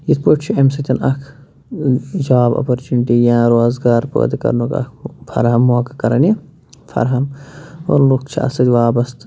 یِتھ پٲٹھۍ چھِ اَمہِ سۭتۍ اَکھ جاب اَپَرچُنٹی یا روزگار پٲدٕ کَرنُک اَکھ فرہَم کرَن یہِ فرہَم اور لُکھ چھِ اَتھ سۭتۍ وابستہٕ